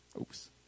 Oops